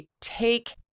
take